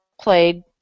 played